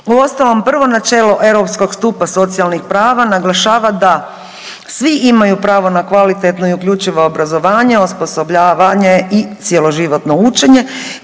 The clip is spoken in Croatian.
Uostalom, prvo načelo europskog stupa socijalnih prava naglašava da svi imaju pravo na kvalitetno i uključivo obrazovanje, osposobljavanje i cjeloživotno učenje